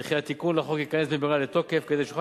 וכי התיקון לחוק ייכנס במהרה לתוקף כדי שנוכל